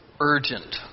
urgent